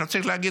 צריך להגיד,